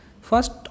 first